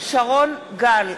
שרון גל,